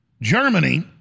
Germany